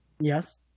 Yes